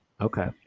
Okay